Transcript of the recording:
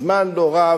זמן לא רב.